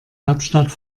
hauptstadt